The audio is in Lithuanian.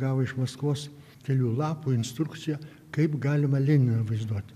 gavo iš maskvos kelių lapų instrukciją kaip galima leniną vaizduot